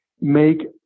make